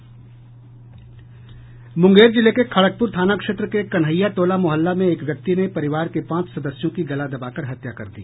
मुंगेर जिले के खड़गपुर थाना क्षेत्र के कन्हैया टोला मोहल्ला में एक व्यक्ति ने परिवार के पांच सदस्यों की गला दबाकर हत्या कर दी